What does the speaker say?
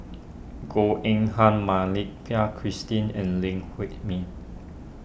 Goh Eng Han Mak Lai Peng Christine and Lee Huei Min